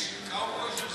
יש "קאובוי של חצות",